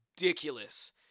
ridiculous